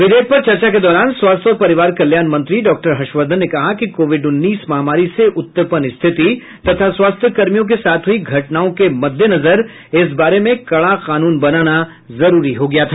विधेयक पर चर्चा के दौरान स्वास्थ्य और परिवार कल्याण मंत्री डॉक्टर हर्षवर्धन ने कहा कि कोविड उन्नीस महामारी से उत्पन्न स्थिति तथा स्वास्थ्य कर्मियों के साथ हुई घटनाओं के मद्देनजर इस बारे में कड़ा कानून बनाना जरूरी हो गया था